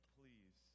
please